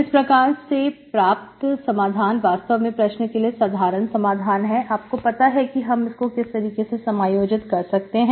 इस प्रकार से प्राप्त समाधान वास्तव में प्रश्न के लिए साधारण समाधान है आपको पता है कि हम इसको किस तरीके से समायोजित कर सकते हैं